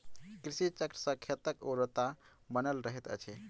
कृषि चक्र सॅ खेतक उर्वरता बनल रहैत अछि